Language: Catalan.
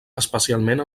especialment